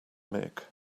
mick